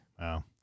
Wow